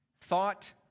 thought